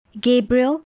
Gabriel